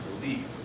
believe